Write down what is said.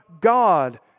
God